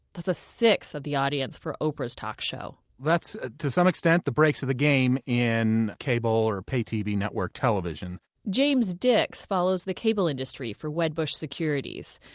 that's a sixth of the audience for oprah's talk show that's, to some extent, the breaks of the game in cable or pay tv network television james dix follows the cable industry for wedbush securities.